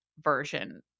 version